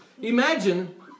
Imagine